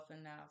enough